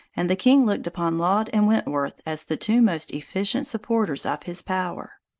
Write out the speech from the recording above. and the king looked upon laud and wentworth as the two most efficient supporters of his power.